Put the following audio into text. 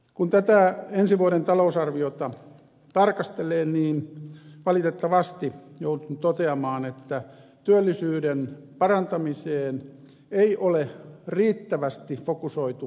kun tätä ensi vuoden talousarviota tarkastelee niin valitettavasti joudun toteamaan että työllisyyden parantamiseen ei ole riittävästi fokusoitu voimavaroja